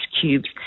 cubes